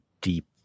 deep